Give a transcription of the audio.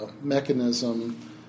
mechanism